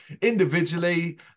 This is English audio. individually